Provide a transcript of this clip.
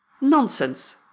Nonsense